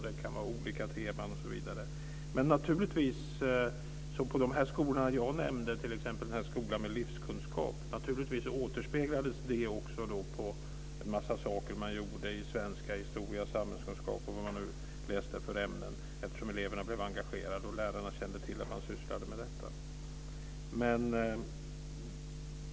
Det kan vara olika teman osv. På den skola jag nämnde med livskunskap återspeglades det på en mängd saker man gjorde i svenska, historia, samhällskunskap osv. Eleverna blev engagerade och lärarna kände till att man sysslade med detta.